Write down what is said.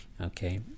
okay